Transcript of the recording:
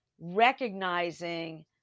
recognizing